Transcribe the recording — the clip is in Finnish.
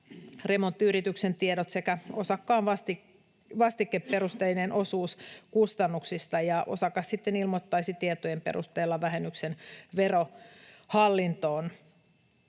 remonttiyrityksen tiedot sekä osakkaan vastikeperusteinen osuus kustannuksista, ja osakas sitten ilmoittaisi tietojen perusteella vähennyksen Verohallintoon.